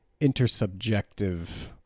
intersubjective